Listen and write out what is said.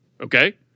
okay